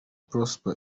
prosper